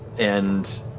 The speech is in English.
and